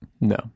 No